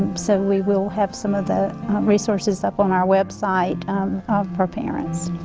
so we will have some of the resources up on our website for parents.